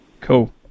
Cool